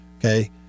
Okay